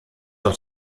auch